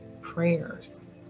prayers